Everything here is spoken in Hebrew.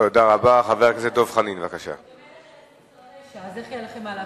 ציר הרשע, אז איך יהיה לכם מה להפסיד.